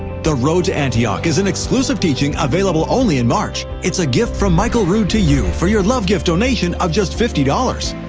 the road to antioch is an exclusive teaching available only in march. it's a gift from michael rood to you for your love gift donation of just fifty dollars.